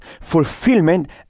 fulfillment